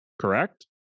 Correct